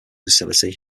facility